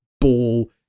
ball